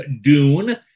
Dune